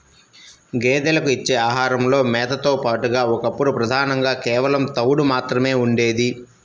గేదెలకు ఇచ్చే ఆహారంలో మేతతో పాటుగా ఒకప్పుడు ప్రధానంగా కేవలం తవుడు మాత్రమే ఉండేది